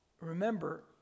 Remember